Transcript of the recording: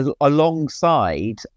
alongside